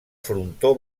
frontó